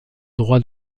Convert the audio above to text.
droit